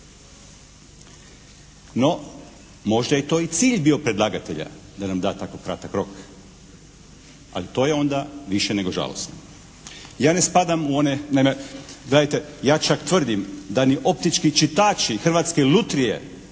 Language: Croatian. No, možda je bio i cilj predlagatelja da nam da tako kratak rok. Ali to je onda i više nego žalosno. Ja ne spadam u one, gledajte, ja čak tvrdim da ni optički čitači Hrvatske lutrije